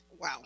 Wow